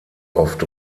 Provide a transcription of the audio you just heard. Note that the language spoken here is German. oft